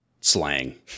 slang